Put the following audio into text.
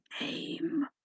name